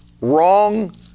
wrong